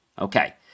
okay